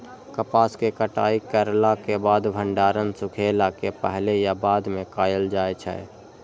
कपास के कटाई करला के बाद भंडारण सुखेला के पहले या बाद में कायल जाय छै?